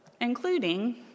including